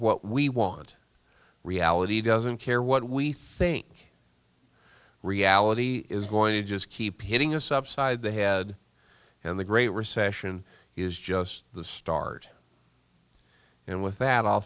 what we want reality doesn't care what we think reality is going to just keep hitting us upside the head and the great recession is just the start and with